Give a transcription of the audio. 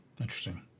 Interesting